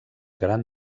gran